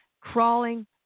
crawling